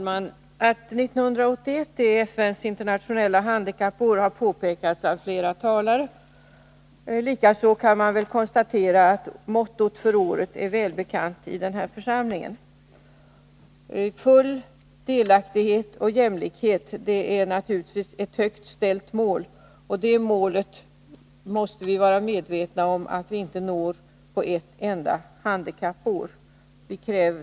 Herr talman! Att 1981 är FN:s handikappår har påpekats av flera talare. Likaså kan man väl konstatera att mottot för året är välbekant i den här församlingen. Full delaktighet och jämlikhet är naturligtvis ett högt ställt mål, och det målet måste vi vara medvetna om att vi inte når under ett enda handikappår.